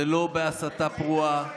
לא בהסתה פרועה,